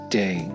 day